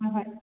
ꯍꯣ ꯍꯣꯏ